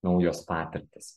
naujos patirtys